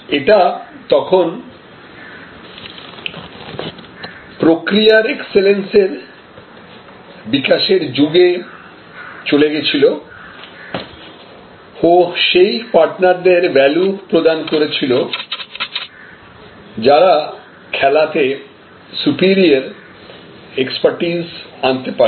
এটা তখন প্রক্রিয়ার এক্সেলেন্স এর বিকাশের যুগে চলে গেছিল ও সেই পার্টনারদের ভ্যালু প্রদান করছিল যারা খেলাতে সুপিরিয়র এক্সপারটিস আনতে পারত